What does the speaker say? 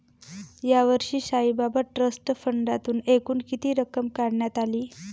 यावर्षी साईबाबा ट्रस्ट फंडातून एकूण किती रक्कम काढण्यात आली?